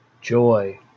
joy